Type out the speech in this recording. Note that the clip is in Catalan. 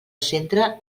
centre